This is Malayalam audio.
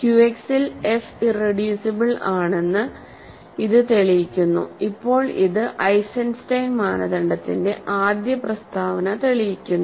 ക്യുഎക്സിൽ എഫ് ഇറെഡ്യൂസിബിൾ ആണെന്ന് ഇത് തെളിയിക്കുന്നു ഇപ്പോൾ ഇത് ഐസൻസ്റ്റൈൻ മാനദണ്ഡത്തിന്റെ ആദ്യ പ്രസ്താവന തെളിയിക്കുന്നു